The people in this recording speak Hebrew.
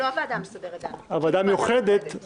לא הוועדה המסדרת דנה, זו הייתה ועדה מיוחדת.